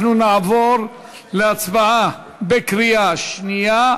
אנחנו נעבור להצבעה בקריאה שנייה.